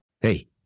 hey